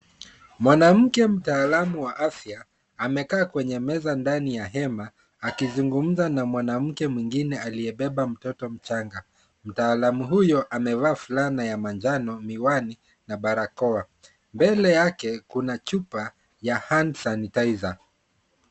Mwanamke mtaalamu wa afya, amekaa kwenye meza ndani ya hema, akizungumza na Mwanamke mwingine aliyebeba mtoto mchanga. Mtaalamu huyo amevaa fulana ya manjano, miwani na barakoa. Mbele yake kuna chupa ya hana sanitizer .